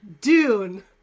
Dune